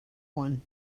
one